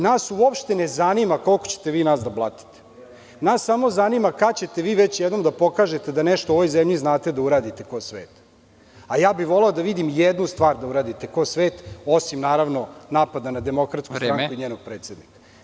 Nas uopšte ne zanima koliko ćete vi nas da blatite, nas samo zanima kada ćete vi već jednom da pokažete da nešto u ovoj zemlji znate da uradite kao svet, ali ja bih voleo da vidim jednu stvar da uradite kao svet, osim napada na DS i njenog predsednika.